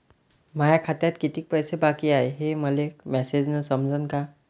माया खात्यात कितीक पैसे बाकी हाय हे मले मॅसेजन समजनं का?